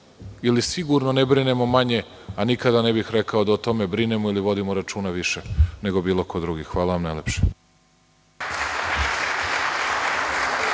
ili sigurno ne brinemo manje, a nikada ne bih rekao da o tome brinemo ili vodimo računa više nego bilo ko drugi. Hvala vam najlepše.